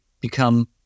become